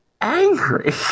angry